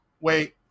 wait